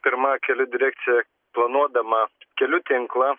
pirma kelių direkcija planuodama kelių tinklą